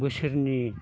बोसोरनि